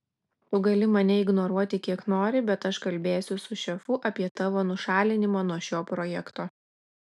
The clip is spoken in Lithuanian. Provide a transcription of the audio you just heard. tu gali mane ignoruoti kiek nori bet aš kalbėsiu su šefu apie tavo nušalinimą nuo šio projekto